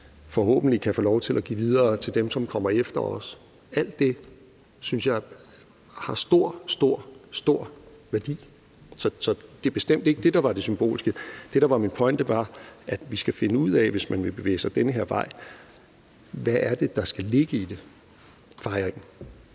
forhåbentlig kan få lov til at give videre til dem, som kommer efter os. Alt det synes jeg har stor, stor værdi. Så det er bestemt ikke det, der var det symbolske. Det, der var min pointe, var, at vi skal finde ud af – hvis man vil bevæge sig den her vej – hvad det er, der skal ligge i fejringen.